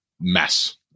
mess